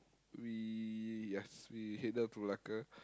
we yes we head down to Malacca